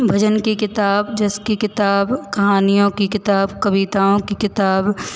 भजन की किताब जैसे की किताब कहानियों की किताब कविताओं की किताब